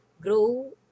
grow